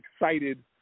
excited